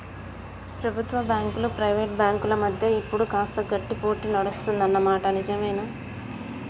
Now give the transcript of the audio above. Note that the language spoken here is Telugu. ప్రభుత్వ బ్యాంకులు ప్రైవేట్ బ్యాంకుల మధ్య ఇప్పుడు కాస్త గట్టి పోటీ నడుస్తుంది అన్న మాట నిజవే